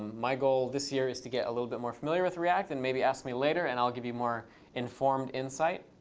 my goal this year is to get a little bit more familiar with react, and maybe ask me later. and i'll give you more informed insight.